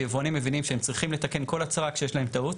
היבואנים מבינים שהם צריכים לתקן כל הצהרה כשיש להם טעות,